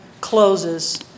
closes